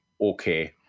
okay